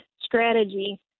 strategy